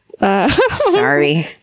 Sorry